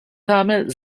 tagħmel